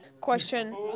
Question